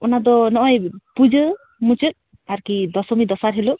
ᱚᱱᱟ ᱫᱚ ᱱᱚᱜᱼᱚᱭ ᱯᱩᱡᱟᱹ ᱢᱩᱪᱟᱹᱫ ᱟᱨᱠᱤ ᱫᱚᱥᱚᱢᱤ ᱫᱚᱥᱟᱨ ᱦᱤᱞᱳᱜ